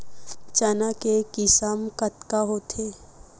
चना के किसम कतका होथे?